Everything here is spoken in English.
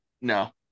no